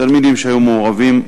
תלמידים שהיו מעורבים,